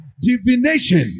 Divination